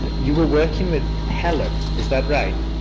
you were working with helen is that right?